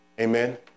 Amen